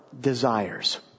desires